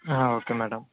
okay madam